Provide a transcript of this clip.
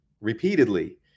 repeatedly